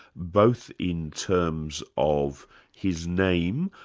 both in terms of his name,